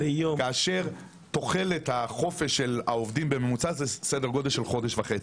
כאשר תוחלת החופש של העובדים בממוצע זה סדר גודל של חודש וחצי.